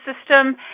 system